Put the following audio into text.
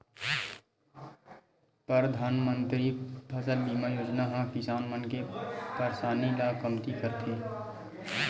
परधानमंतरी फसल बीमा योजना ह किसान मन के परसानी ल कमती करथे